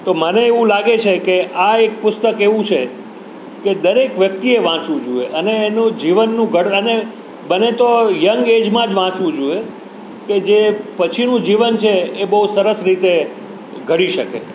તો મને એવું લાગે છે કે આ એક પુસ્તક એવું છે કે દરેક વ્યક્તિએ વાંચવું જોઈએ અને એનું જીવનનું ઘડ અને બને તો યંગ એજમાં જ વાંચવું જોઈએ કે જે પછીનું જીવન છે એ બહુ સરસ રીતે ઘડી શકે